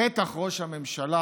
בטח ראש הממשלה